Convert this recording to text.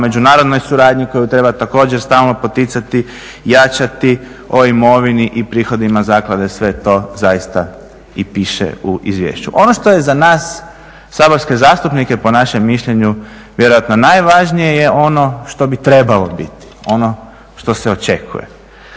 međunarodne suradnje koju treba također stalno poticati, jačati, o imovini i prihodima zaklade, sve to zaista i piše u izvješću. Ono što je za nas saborske zastupnike po našem mišljenju vjerojatno najvažnije je ono što bi trebalo biti, ono što se očekuje.